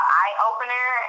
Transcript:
eye-opener